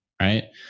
Right